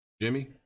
Jimmy